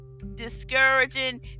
discouraging